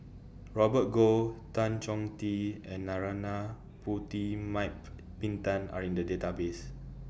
Robert Goh Tan Chong Tee and Narana Putumaippittan Are in The Database